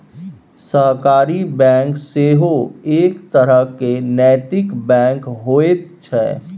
सहकारी बैंक सेहो एक तरहक नैतिक बैंक होइत छै